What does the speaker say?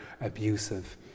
abusive